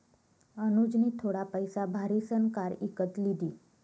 अनुजनी थोडा पैसा भारीसन कार इकत लिदी